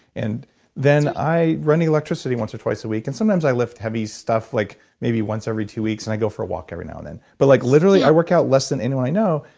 and then i run the electricity once or twice a week. and sometimes i lift heavy stuff like maybe once every two weeks, and i go for a walk every now and then but like literally i work out less than anyone i know.